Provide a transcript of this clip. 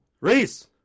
Reese